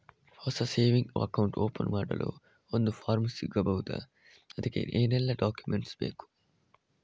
ಹೊಸ saving account open ಮಾಡಲು ಒಂದು ಫಾರ್ಮ್ ಸಿಗಬಹುದು? ಅದಕ್ಕೆ ಏನೆಲ್ಲಾ ಡಾಕ್ಯುಮೆಂಟ್ಸ್ ಬೇಕು?